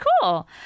cool